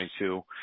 2022